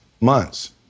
months